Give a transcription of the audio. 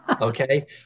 Okay